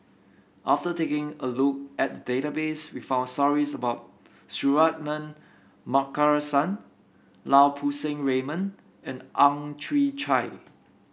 after taking a look at the database we found stories about Suratman Markasan Lau Poo Seng Raymond and Ang Chwee Chai